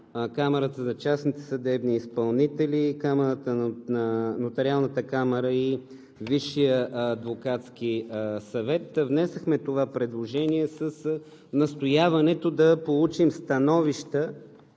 Камарата на частните съдебни изпълнители, Нотариалната камара и Висшия адвокатски съвет. Внесохме това предложение с настояването да получим становища